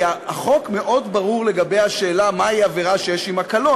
כי החוק מאוד ברור לגבי השאלה מה היא עבירה שיש עמה קלון.